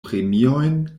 premiojn